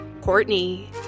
Courtney